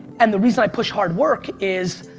and the reason i push hard work is,